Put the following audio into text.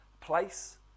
place